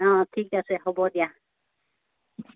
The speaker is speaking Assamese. অ ঠিক আছে হ'ব দিয়া